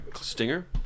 stinger